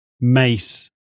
Mace